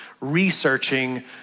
researching